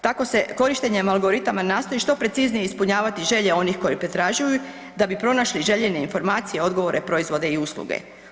Tako se korištenjem algoritama nastoji što preciznije ispunjavati želje onih kojih pretražuju da bi pronašli željene informacije, odgovore, proizvode i usluge.